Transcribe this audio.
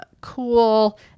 cool